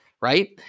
right